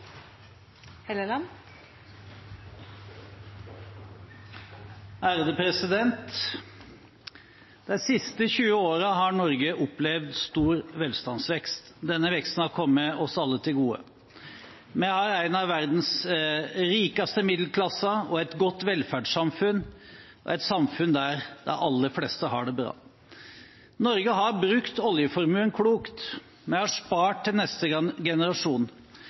gode. Vi har en av verdens rikeste middelklasser, et godt velferdssamfunn og et samfunn der de aller fleste har det bra. Norge har brukt oljeformuen klokt, vi har spart til neste generasjon.